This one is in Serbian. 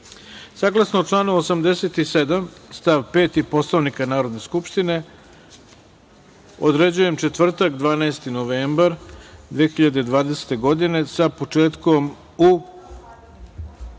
članu 87. stav 5. Poslovnika Narodne skupštine određujem četvrtak, 12. novembar 2020. godine sa početkom u